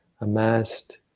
amassed